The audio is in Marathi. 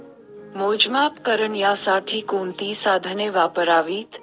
मोजमाप करण्यासाठी कोणती साधने वापरावीत?